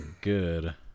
good